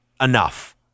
enough